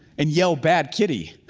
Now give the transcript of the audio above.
and yell bad kitty.